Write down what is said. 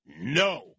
No